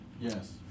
Yes